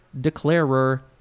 declarer